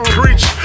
Preach